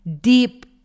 deep